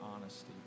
honesty